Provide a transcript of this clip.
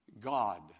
God